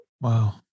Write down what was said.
Wow